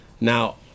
Now